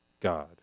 God